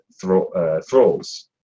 thralls